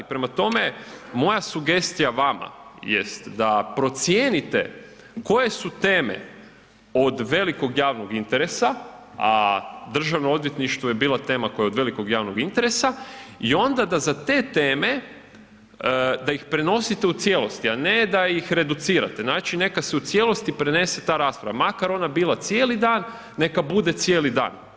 Prema tome, moja sugestija vama jest da procijenite koje su teme od velikog javnog interesa, a državno odvjetništvo je bila tema koja je od velikog javnog interesa, i onda da za te teme, da ih prenosite u cijelosti, a ne da ih reducirate, znači neka se u cijelosti prenese ta rasprava makar ona bila cijeli dan, neka bude cijeli dan.